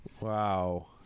Wow